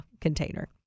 container